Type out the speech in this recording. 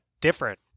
different